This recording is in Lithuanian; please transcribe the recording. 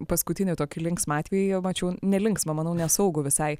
paskutinį tokį linksmą atvejį mačiau nelinksmą manau nesaugų visai